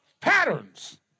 patterns